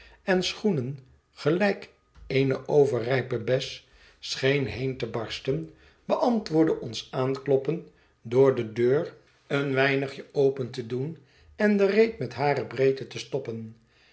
en schoenen gelijk eene overrijpe bes scheen heen te barsten beantwoordde ons aankloppen door de deur een weinigje open te doen en de reet met hare breedte te stoppen